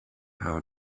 how